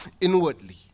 inwardly